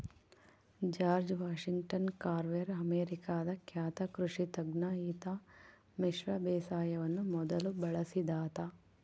George Washington Carver ಅಮೇರಿಕಾದ ಖ್ಯಾತ ಕೃಷಿ ತಜ್ಞ ಈತ ಮಿಶ್ರ ಬೇಸಾಯವನ್ನು ಮೊದಲು ಬಳಸಿದಾತ